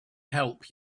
help